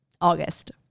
August